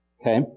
Okay